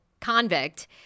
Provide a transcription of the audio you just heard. convict